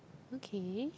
okay